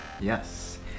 Yes